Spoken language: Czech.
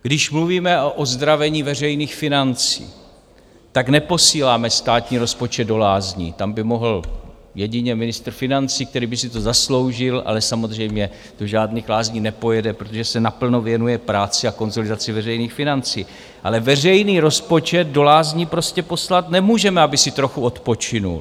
Když mluvíme o ozdravení veřejných financí, tak neposíláme státní rozpočet do lázní, tam by mohl jedině ministr financí, který by si to zasloužil, ale samozřejmě do žádných lázní nepojede, protože se naplno věnuje práci a konsolidaci veřejných financí, ale veřejný rozpočet do lázní prostě poslat nemůžeme, aby si trochu odpočinul.